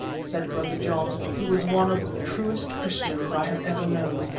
said brother john, who was one of the truest christians i have ever known.